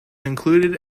included